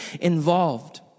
involved